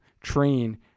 train